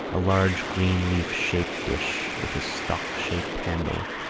a large green leaf-shaped dish with a stalk-shaped handle,